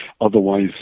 Otherwise